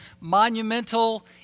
monumental